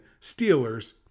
Steelers